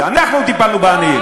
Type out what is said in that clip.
אנחנו טיפלנו בעניים.